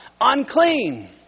unclean